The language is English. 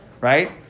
right